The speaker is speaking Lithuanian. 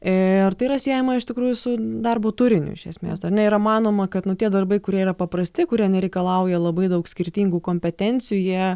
ir tai yra siejama iš tikrųjų su darbo turiniu iš esmės ar ne yra manoma kad nu tie darbai kurie yra paprasti kurie nereikalauja labai daug skirtingų kompetencijų jie